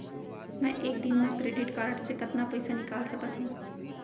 मैं एक दिन म क्रेडिट कारड से कतना पइसा निकाल सकत हो?